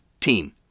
team